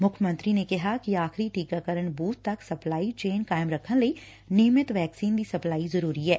ਮੁੱਖ ਮੰਤਰੀ ਨੇ ਕਿਹਾ ਕਿ ਆਖਰੀ ਟੀਕਾਕਰਨ ਬੂਬ ਤੱਕ ਸਪਲਾਈ ਚੇਨ ਕਾਇਮ ਰੱਖਣ ਲਈ ਨਿਯਮਿਤ ਵੈਕਸੀਨ ਦੀ ਸਪਲਾਈ ਜ਼ਰੁਰੀ ਐ